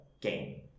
game